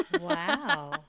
Wow